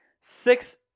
six